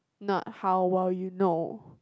not how well you know